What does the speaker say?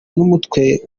n’umutwe